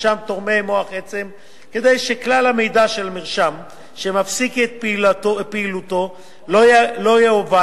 מרשם תורמי מוח עצם כדי שכלל המידע של מרשם שמפסיק את פעילותו לא יאבד,